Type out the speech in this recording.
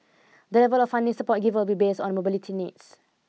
the level of funding support given will be based on mobility needs